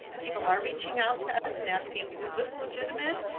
people are reaching out to us and asking, is this legitimate?